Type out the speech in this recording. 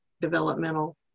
developmental